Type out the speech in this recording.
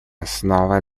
основой